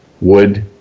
wood